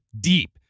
deep